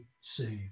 saved